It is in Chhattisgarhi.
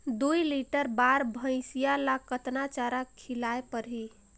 दुई लीटर बार भइंसिया ला कतना चारा खिलाय परही?